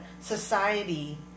society